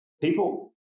people